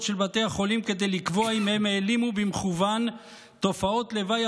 של בתי החולים כדי לקבוע אם הן העלימו במכוון תופעות לוואי